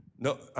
No